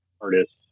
artists